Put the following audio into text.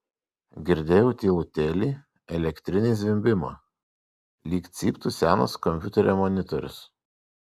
girdėjau tylutėlį elektrinį zvimbimą lyg cyptų senas kompiuterio monitorius